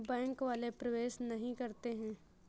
Bank वाले प्रवेश नहीं करते हैं?